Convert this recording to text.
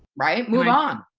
right? move on.